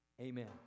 amen